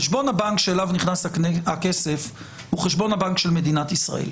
חשבון הבנק שאליו נכנס הכסף הוא חשבון הבנק של מדינת ישראל.